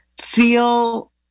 feel